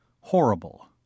horrible